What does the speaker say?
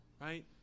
right